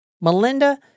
Melinda